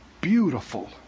beautiful